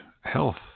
health